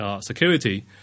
security